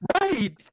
Right